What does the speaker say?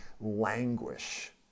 languish